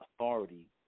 authority